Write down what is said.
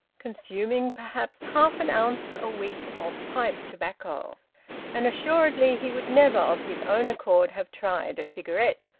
consuming perhaps half an ounce a week of pipe-tobacco and assuredly he would never of his own accord have tried a cigarette.